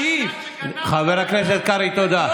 חבר הכנסת קרעי, תודה.